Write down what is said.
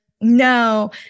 No